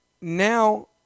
now